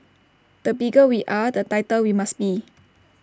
the bigger we are the tighter we must be